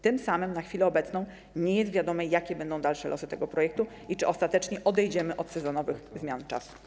Tym samym na chwilę obecną nie jest wiadome, jakie będą dalsze losy tego projektu i czy ostatecznie odejdziemy od sezonowych zmian czasu.